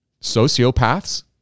sociopaths